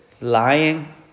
lying